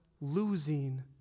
losing